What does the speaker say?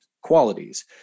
qualities